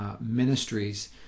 ministries